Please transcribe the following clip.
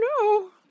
no